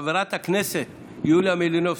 חברת הכנסת יוליה מלינובסקי,